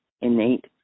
innate